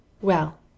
Well